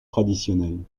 traditionnelles